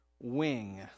wing